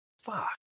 Fuck